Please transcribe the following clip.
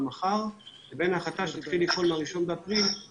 מחר לבין ההחלטה שאתם תקבלו ושתתחיל לפעול ב-1 באפריל.